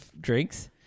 drinks